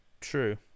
True